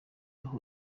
aho